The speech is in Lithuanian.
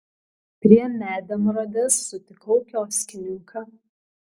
prie medemrodės sutikau kioskininką